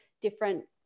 different